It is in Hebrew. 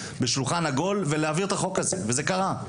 בשולחן עגול כדי להעביר את החוק הזה וזה קרה.